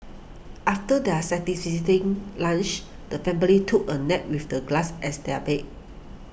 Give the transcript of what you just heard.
after their lunch the family took a nap with the grass as their bed